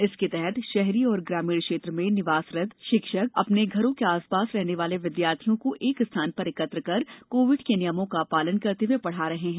इसके तहत शहरी और ग्रामीण क्षेत्र में निवासरत शिक्षक अपने घरों के आसपास रहने वाले विद्यार्थियों को एक स्थान पर एकत्र कर कोविड के नियमों का पालन करते हुए पढ़ा रहे हैं